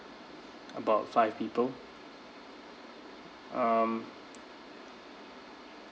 about five people um